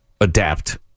adapt